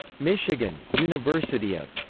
michigan, university of.